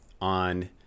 on